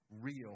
real